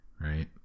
right